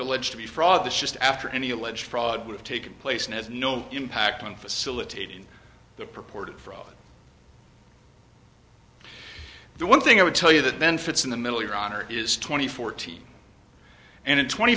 be fraud this just after any alleged fraud would have taken place and has no impact on facilitating the purported fraud the one thing i would tell you that then fits in the middle your honor is twenty fourteen and twenty